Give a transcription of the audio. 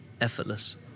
effortless